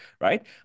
Right